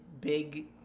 big